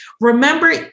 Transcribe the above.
Remember